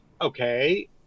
okay